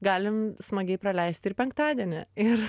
galim smagiai praleisti ir penktadienį ir